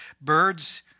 Birds